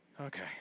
Okay